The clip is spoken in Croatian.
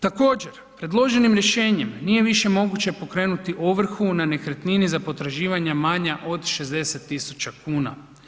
Također, predloženim rješenjem nije više moguće pokrenuti ovrhu na nekretnini za potraživanja manja od 60 000 kuna.